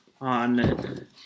on